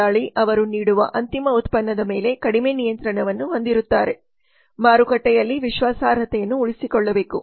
ದಳ್ಳಾಲಿ ಅವರು ನೀಡುವ ಅಂತಿಮ ಉತ್ಪನ್ನದ ಮೇಲೆ ಕಡಿಮೆ ನಿಯಂತ್ರಣವನ್ನು ಹೊಂದಿರುತ್ತಾರೆ ಮಾರುಕಟ್ಟೆಯಲ್ಲಿ ವಿಶ್ವಾಸಾರ್ಹತೆಯನ್ನು ಉಳಿಸಿಕೊಳ್ಳಬೇಕು